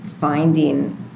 finding